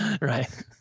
right